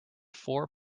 four